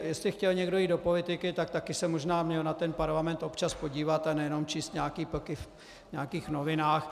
Jestli chtěl někdo jít do politiky, taky se možná měl na ten parlament občas podívat a ne jenom číst nějaké plky v nějakých novinách.